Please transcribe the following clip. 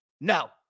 No